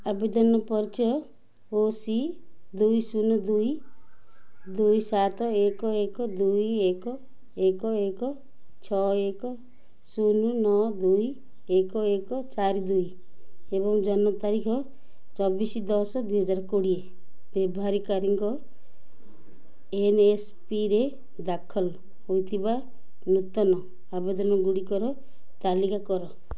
ଆବେଦନ ପରିଚୟ ଓସି ଦୁଇ ଶୂନ ଦୁଇ ଦୁଇ ସାତ ଏକ ଏକ ଦୁଇ ଏକ ଏକ ଏକ ଛଅ ଏକ ଶୂନ ନଅ ଦୁଇ ଏକ ଏକ ଚାରି ଦୁଇ ଏବଂ ଜନ୍ମ ତାରିଖ ଚବିଶି ଦଶ ଦୁଇ ହଜାର କୋଡ଼ିଏ ବ୍ୟବହାରକାରୀଙ୍କ ଏନ୍ଏସ୍ପିରେ ଦାଖଲ ହୋଇଥିବା ନୂତନ ଆବେଦନଗୁଡ଼ିକର ତାଲିକା କର